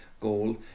goal